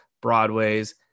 broadways